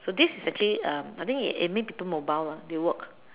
so this is actually um I think it it make people mobile lah they walk